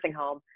home